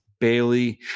Bailey